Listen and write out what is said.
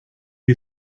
you